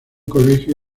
colegio